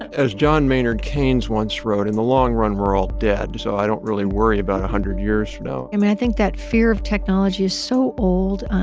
as john maynard keynes once wrote, in the long run, we're all dead. so i don't really worry about a hundred years from now i mean, i think that fear of technology is so old,